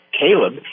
Caleb